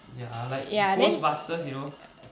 ya then err